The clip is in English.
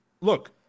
look